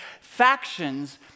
factions